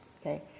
Okay